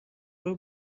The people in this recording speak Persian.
برو